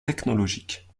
technologique